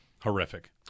Horrific